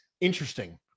interesting